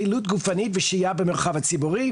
פעילות גופנית ושהייה במרחב הציבורי,